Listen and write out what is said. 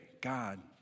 God